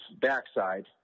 backside